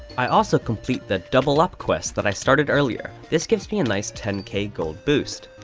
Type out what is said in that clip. i also complete the double up quest that i started earlier. this gives me a nice ten k gold boost.